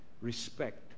respect